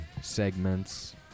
segments